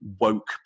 woke